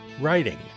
writing